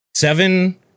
Seven